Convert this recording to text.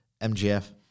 MGF